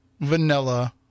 Vanilla